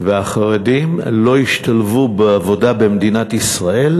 והחרדים לא ישתלבו בעבודה במדינת ישראל,